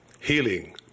healing